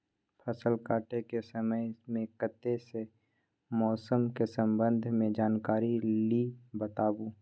फसल काटय के समय मे कत्ते सॅ मौसम के संबंध मे जानकारी ली बताबू?